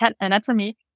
anatomy